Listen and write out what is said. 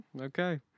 Okay